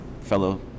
fellow